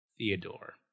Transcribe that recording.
Theodore